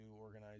organize